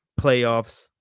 playoffs